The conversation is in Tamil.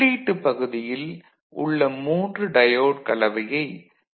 உள்ளீட்டுப் பகுதியில் உள்ள 3 டயோடு கலவையை டி